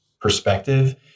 perspective